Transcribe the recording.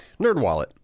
NerdWallet